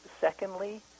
secondly